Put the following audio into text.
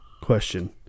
question